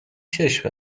چشم